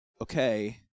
okay